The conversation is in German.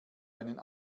einen